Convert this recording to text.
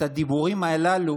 את הדיבורים הללו